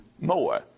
more